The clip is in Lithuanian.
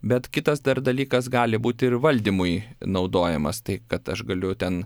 bet kitas dar dalykas gali būti ir valdymui naudojamas tai kad aš galiu ten